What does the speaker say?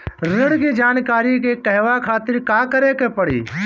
ऋण की जानकारी के कहवा खातिर का करे के पड़ी?